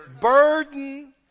Burden